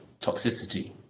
toxicity